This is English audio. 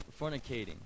Fornicating